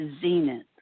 zenith